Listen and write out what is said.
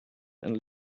and